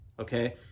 okay